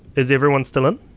is everyone still in?